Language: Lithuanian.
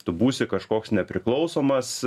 tu būsi kažkoks nepriklausomas